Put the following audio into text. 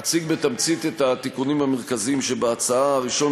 אציג בתמצית את התיקונים המרכזיים שבהצעה: הראשון,